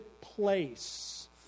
place